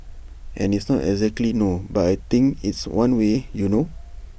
and it's not exactly no but I think it's one way you know